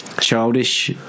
Childish